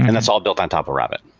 and that's all built on top of rabbit